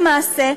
למעשה,